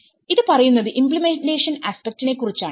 ഇത് പറയുന്നത് ഇമ്പ്ലിമെന്റേഷൻ ആസ്പെക്റ്റിനെ കുറിച്ചാണ്